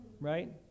Right